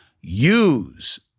use